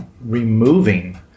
removing